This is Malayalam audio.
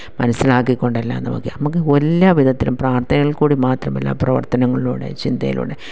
മനസ്സിലാക്കിക്കൊണ്ട് എല്ലാം നമുക്ക് നമുക്ക് എല്ലാവിധത്തിലും പ്രാർത്ഥനയിൽ കൂടി മാത്രമല്ല പ്രവർത്തനങ്ങളിലൂടെ ചിന്തയിലൂടെ